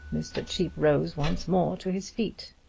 mr. cheape rose once more to his feet.